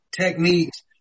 techniques